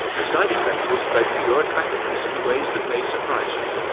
the side effect will spread to your attractiveness in ways that may surprise you.